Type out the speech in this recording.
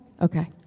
Okay